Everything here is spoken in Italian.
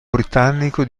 britannico